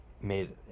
made